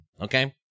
Okay